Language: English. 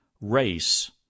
race